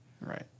Right